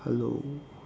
hello